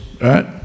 right